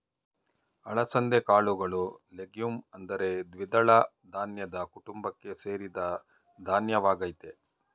ಅಲಸಂದೆ ಕಾಳುಗಳು ಲೆಗ್ಯೂಮ್ ಅಂದರೆ ದ್ವಿದಳ ಧಾನ್ಯದ ಕುಟುಂಬಕ್ಕೆ ಸೇರಿದ ಧಾನ್ಯವಾಗಯ್ತೆ